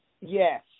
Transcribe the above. yes